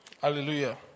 Hallelujah